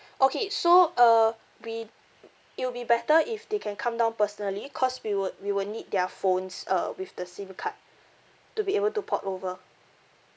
okay so uh we it'll be better if they can come down personally because we would we would need their phones uh with the SIM card to be able to port over